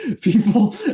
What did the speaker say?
people